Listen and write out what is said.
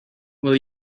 will